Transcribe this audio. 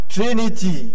Trinity